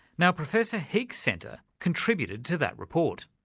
now professor heek's centre contributed to that report.